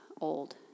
old